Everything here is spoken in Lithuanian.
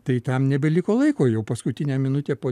tai tam nebeliko laiko jau paskutinę minutę po